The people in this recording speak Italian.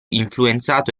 influenzato